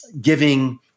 giving